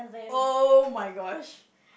oh my gosh